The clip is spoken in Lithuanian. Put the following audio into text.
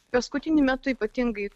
paskutiniu metu ypatingai